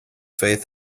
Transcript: faith